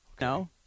No